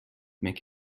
make